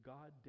God